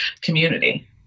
community